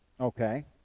Okay